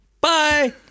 Bye